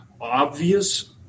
obvious